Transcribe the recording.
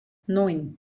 neun